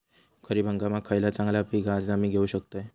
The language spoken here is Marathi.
खरीप हंगामाक खयला चांगला पीक हा जा मी घेऊ शकतय?